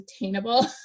attainable